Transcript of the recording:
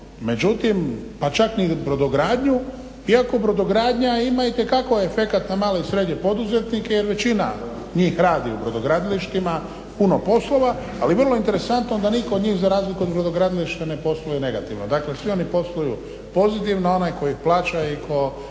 međutim pa čak ni brodogradnju iako brodogradnja ima itekako efekat na male i srednje poduzetnike jer većina njih radi u brodogradilištima puno poslova, ali vrlo interesantno da nitko od njih za razliku od brodogradilišta ne posluje negativno, dakle svi oni posluju pozitivno, onaj koji plaća i tko